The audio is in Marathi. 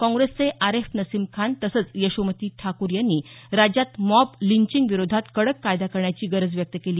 काँग्रेसचे आरेफ नसीम खान तसंच यशोमती ठाकूर यांनी राज्यात मॉब लिंचिंगविरोधात कडक कायदा करण्याची गरज व्यक्त केली